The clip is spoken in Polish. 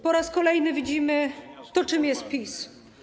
Po raz kolejny widzimy to, czym jest PiS.